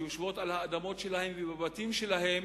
שיושבות על האדמות שלהן ובבתים שלהן.